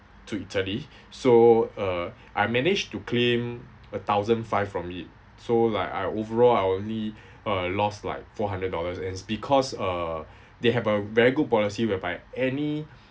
to italy so uh I managed to claim a thousand five from it so like I overall I only uh lost like four hundred dollars and it's because uh they have a very good policy whereby any